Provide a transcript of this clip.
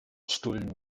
stullen